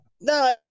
No